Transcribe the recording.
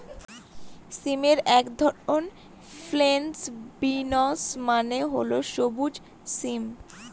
সিমের এক ধরন ফ্রেঞ্চ বিনস মানে হল সবুজ সিম